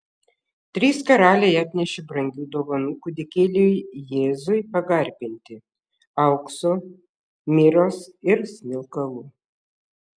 trys karaliai atnešė brangių dovanų kūdikėliui jėzui pagarbinti aukso miros ir smilkalų